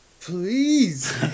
Please